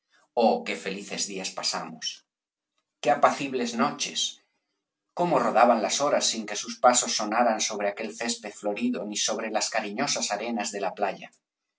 oh qué felices días pasamos qué apatheros ói cibles noches cómo rodaban las horas sin que sus pasos sonaran sobre aquel césped florido ni sobre las cariñosas arenas de la playa